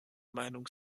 meinung